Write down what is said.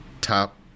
Top